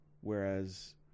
whereas